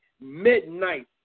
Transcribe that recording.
midnight